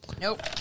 Nope